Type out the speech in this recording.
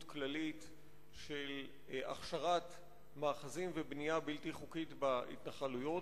כללית של הכשרת מאחזים ובנייה בלתי חוקית בהתנחלויות,